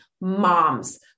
moms